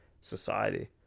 society